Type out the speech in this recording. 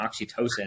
oxytocin